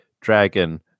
Dragon